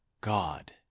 God